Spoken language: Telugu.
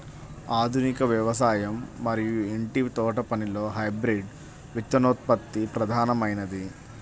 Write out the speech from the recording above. ఆధునిక వ్యవసాయం మరియు ఇంటి తోటపనిలో హైబ్రిడ్ విత్తనోత్పత్తి ప్రధానమైనది